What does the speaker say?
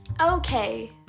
Okay